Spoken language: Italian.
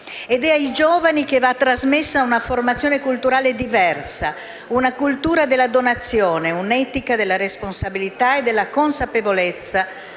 Ed è ai giovani che va trasmessa una formazione culturale diversa, una cultura della donazione e un'etica della responsabilità e della consapevolezza